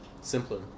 simpler